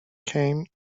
came